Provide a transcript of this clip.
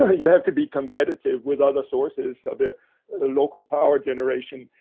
you have to be competitive with other sources of local power generation,